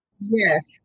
Yes